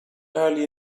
early